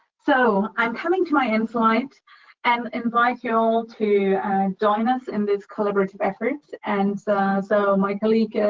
so, i'm coming to my end slide and invite you all to join us in this collaborative effort. and so, my colleague,